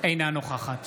אינה נוכחת